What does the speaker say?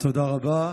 תודה רבה.